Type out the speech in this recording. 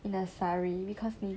in a sari because 你